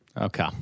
Okay